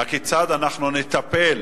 כיצד אנחנו נטפל